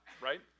right